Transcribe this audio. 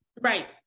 Right